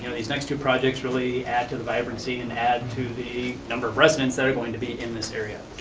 these next two projects really add to the vibrant scene and add to the number of residents that are going to be in this area.